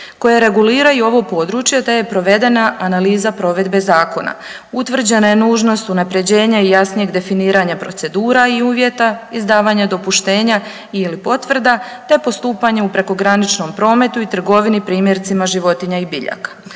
koje reguliraju ovo područje, te je provedena analiza provedbe zakona. Utvrđena je nužnost unapređenja i jasnijeg definiranja procedura i uvjeta izdavanja dopuštenja ili potvrda, te postupanju u prekograničnom prometu i trgovini primjerice životinja i biljaka.